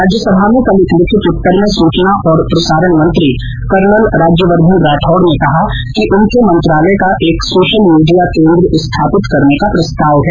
राज्यसभा में कल एक लिखित उत्तर में सूचना और प्रसारण मंत्री कर्नल राज्यवर्धन राठौड़ ने कहा कि उनके मंत्रालय का एक सोशल मीडिया केन्द्र स्थापित करने का प्रस्ताव है